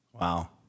Wow